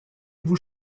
vous